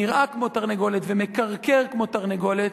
נראה כמו תרנגולת ומקרקר כמו תרנגולת,